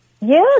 Yes